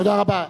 תודה רבה.